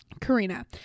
Karina